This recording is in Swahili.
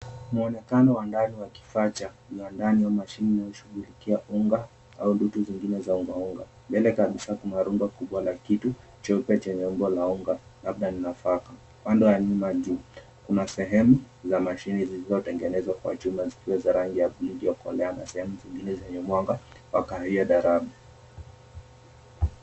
Muonekano wa ndani wa kifaa cha kiwandani au mashini inashughulikia unga au vitu zingine za unga unga. Mbele kabisa kuna runda kubw la kitu chenye umbo la unga labda nataka . Upande wa nyuma juu kuna sehemu za mashini ziliyotengenezwa kwa chuma za rangi ya buluu zilizokolea zingine zenye mwanga wa kahawia dharabu.